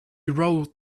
rolled